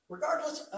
Regardless